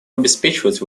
обеспечивать